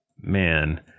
man